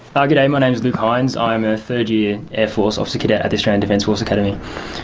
ah g'day, my name's luke hines. i'm a third-year air force officer cadet at the australian defence force academy.